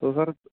تو سر